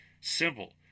simple